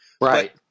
right